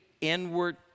inward